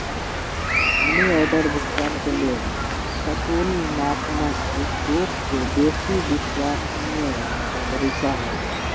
money order भुगतान के लेल ततुलनात्मक रूपसे बेशी विश्वसनीय तरीका हइ